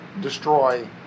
destroy